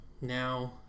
Now